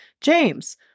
James